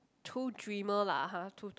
too dreamer lah har too too